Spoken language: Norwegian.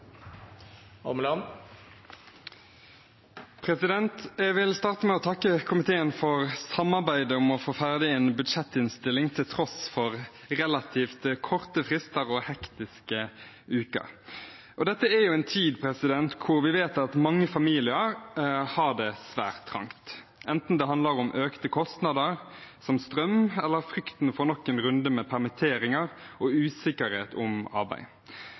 Jeg vil starte med å takke komiteen for samarbeidet om å få ferdig en budsjettinnstilling til tross for relativt korte frister og hektiske uker. Dette er en tid hvor vi vet at mange familier har det svært trangt, enten det handler om økte kostnader, som strøm, eller frykten for nok en runde med permitteringer og usikkerhet om arbeid.